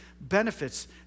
benefits